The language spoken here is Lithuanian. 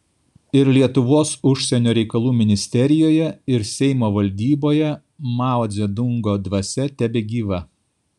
ir lietuvos užsienio reikalų ministerijoje ir seimo valdyboje mao dzedungo dvasia tebegyva